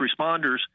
responders